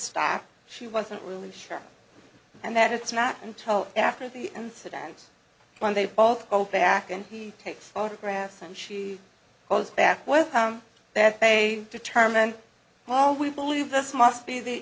staff she wasn't really sure and that it's not until after the incident when they both go back and he takes photographs and she goes back with that they determine well we believe this must be the